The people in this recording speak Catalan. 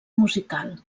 musical